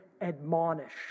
admonish